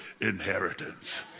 inheritance